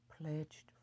pledged